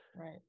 right